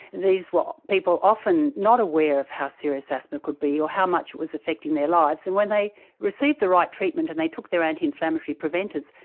these were people often not aware of how serious asthma could be or how much it was affecting their lives. and when they received the right treatment and they took their anti-inflammatory preventers,